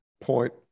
point